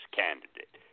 candidate